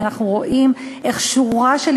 היא כי פה אנחנו רואים איך שורה של